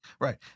Right